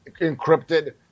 encrypted